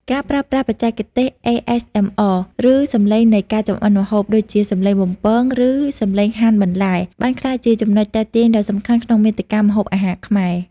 ការប្រើប្រាស់បច្ចេកទេស ASMR ឬសំឡេងនៃការចម្អិនម្ហូប ដូចជាសំឡេងបំពង ឬសំឡេងហាន់បន្លែ បានក្លាយជាចំណុចទាក់ទាញដ៏សំខាន់ក្នុងមាតិកាម្ហូបអាហារខ្មែរ។